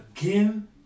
again